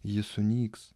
ji sunyks